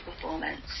performance